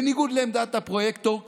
בניגוד לעמדת הפרויקטור,